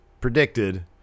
predicted